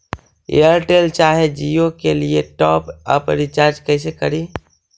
Airtel चाहे जियो के लिए टॉप अप रिचार्ज़ कैसे करी?